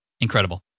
Incredible